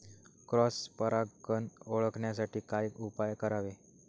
Cross परागकण रोखण्यासाठी काय उपाय करावे?